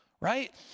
right